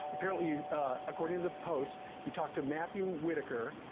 apparently according to the post, you talked to matthew whitaker.